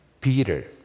Peter